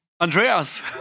Andreas